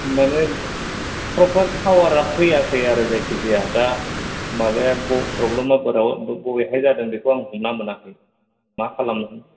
मानि प्रफाइल पावारा फैयाखै आरो जायखिजाया दा माबाया प्रब्लेमा फोराव बबेहाय जादों हमना मोनाखै मा खालामबावगोन